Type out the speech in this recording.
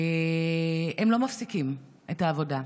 לא מפסיקים את העבודה.